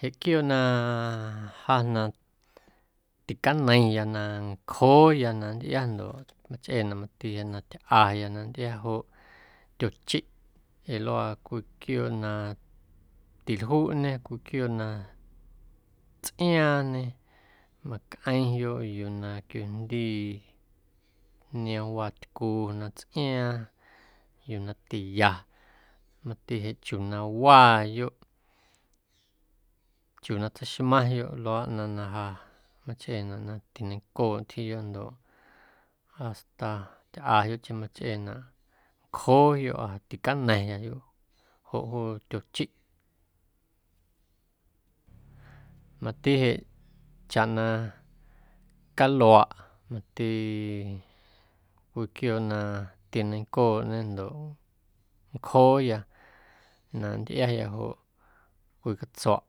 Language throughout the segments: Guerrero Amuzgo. Jeꞌ quiooꞌ na ja na ticaneiⁿya, na ncjooya na nntꞌia ndoꞌ machꞌeenaꞌ mati jeꞌ na tyꞌaya quia na nntꞌia joꞌ tyochiꞌ ee luaa cwii quiooꞌ na tiljuꞌñe, cwii quiooꞌ na tsꞌiaaⁿñe macꞌeⁿyoꞌ yuu na quiojndii niomwaa tycu na tsꞌiaaⁿ yuu na tiya mati jeꞌ chiuu na waayoꞌ, chiuu na tseixmaⁿyoꞌ luaaꞌ ꞌnaⁿ na ja machꞌeenaꞌ na tineiⁿncooꞌ ntyjiiyoꞌ ndoꞌ hasta tyꞌayoꞌcheⁿ machꞌeenaꞌ, ncjooyoꞌa, ticana̱ⁿyayoꞌ joꞌ juu tyochiꞌ. Mati jeꞌ chaꞌ na caluaꞌ mati cwii quiooꞌ na tineiⁿncooꞌñe ndoꞌ ncjooya na nntꞌiaya joꞌ cwii catsuaꞌ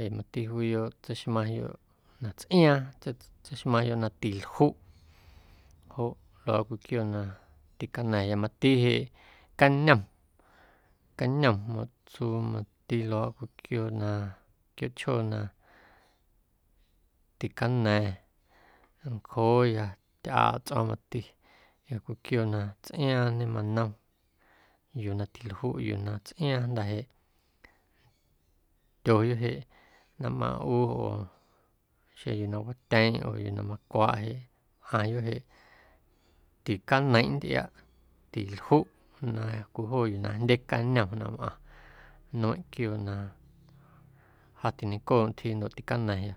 ee mati juuyoꞌ tseixmaⁿyoꞌ na tsꞌiaaⁿ, tseixmaⁿyoꞌ na tiljuꞌ joꞌ luaaꞌ cwii quiooꞌ na ticana̱ⁿya mati jeꞌ cañom, cañom matsu mati luaaꞌ cwii quiooꞌ na quiooꞌchjoo na ticana̱ⁿ, ncjooya, tyꞌaaꞌ tsꞌo̱o̱ⁿ mati ee cwii quiooꞌ na tsꞌiaaⁿñe manom yuu na tiljuꞌ, yuu na tsꞌiaaⁿ jnda̱ jeꞌ ndyoyoꞌ jeꞌ na mꞌaaⁿꞌ ꞌu oo xeⁿ yuu na watyeⁿꞌ oo yuu na macwaꞌ jeꞌ mꞌaaⁿyoꞌ jeꞌ ticaneiⁿꞌ nntꞌiaꞌ, tiljuꞌ na cwii joo yuu na jndye cañom na mꞌaⁿ nueⁿꞌ quiooꞌ na ja tineiⁿncooꞌ ntyjii ndoꞌ ticana̱ⁿya.